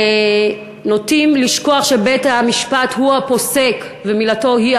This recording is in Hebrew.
נוטים לשכוח שבית-המשפט הוא הפוסק ומילתו היא